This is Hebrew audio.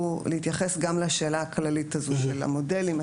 להתייחס גם לשאלה הכללית הזו של המודלים,